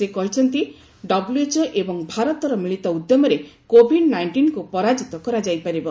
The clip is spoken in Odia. ସେ କହିଛନ୍ତି ଡବ୍ଲ୍ୟଏଚ୍ଓ ଏବଂ ଭାରତର ମିଳିତ ଉଦ୍ୟମରେ କୋଭିଡ୍ ନାଇଷିନ୍କୁ ପରାଜିତ କରାଯାଇପାରିବ